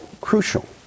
crucial